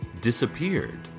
disappeared